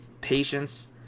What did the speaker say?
patience